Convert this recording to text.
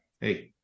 hey